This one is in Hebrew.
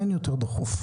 אין יותר דחוף.